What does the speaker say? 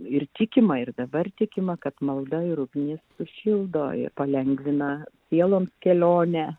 ir tikima ir dabar tikima kad malda ir ugnis sušildo ir palengvina sieloms kelionę